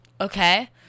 Okay